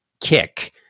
kick